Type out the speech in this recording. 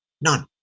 None